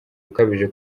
ukabije